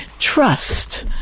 trust